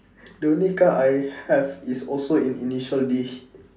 the only car I have is also in initial D